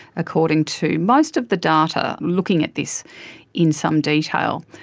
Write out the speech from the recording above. according to most of the data looking at this in some detail.